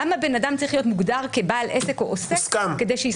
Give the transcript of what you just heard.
למה בן אדם צריך להיות מוגדר כבעל עסק או עוסק כדי שיסחטו אותו?